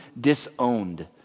disowned